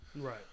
right